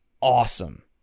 awesome